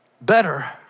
Better